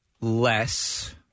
less